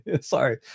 sorry